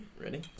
Ready